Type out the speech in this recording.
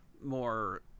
more